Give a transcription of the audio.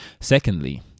Secondly